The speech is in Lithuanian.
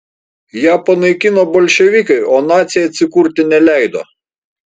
ją panaikino bolševikai o naciai atsikurti neleido